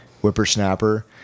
Whippersnapper